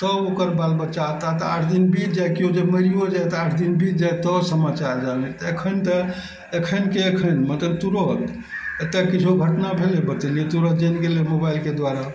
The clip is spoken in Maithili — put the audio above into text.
तब ओकर बाल बच्चा एतय तऽ आठ दिन बीत जाय केओ जे मरिओ जाइ तऽ आठ दिन बीत जाय तऽ समाचार जानैत एखन तऽ एखनके एखन मतलब तुरत एतऽ किछो घटना भेलय बतेलियै तुरत जानि गेलय मोबाइलके द्वारा